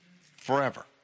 forever